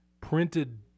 printed